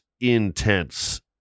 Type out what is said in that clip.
intense